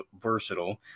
versatile